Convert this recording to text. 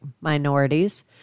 minorities